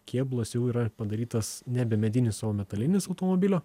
kėbulas jau yra padarytas nebe medinis o metalinis automobilio